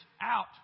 out